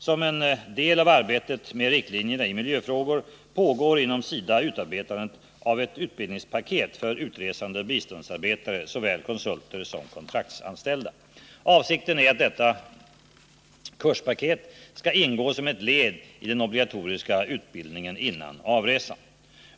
Som en del av arbetet med riktlinjerna i miljöfrågor pågår inom SIDA utarbetandet av ett utbildningspaket för utresande biståndsarbetare, såväl konsulter som kontraktsanställda. Avsikten är att detta kurspaket skall ingå som ett led i den obligatoriska utbildningen före avresan.